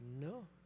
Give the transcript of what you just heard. no